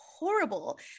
horrible